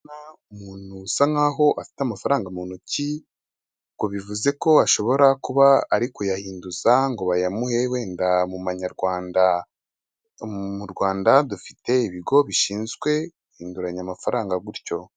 Ndabona umuntu usa nkaho afite amafaranga muntoki, ubwo bivuze ko ashobora kuba ari kuyahinduza ngo bayamuhe wenda mu manyarwanda, mu Rwanda dufite ibigo bishinzwe guhinduranya amafaranga gutyo.